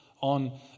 on